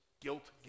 guilt